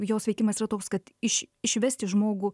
jos veikimas yra toks kad iš išvesti žmogų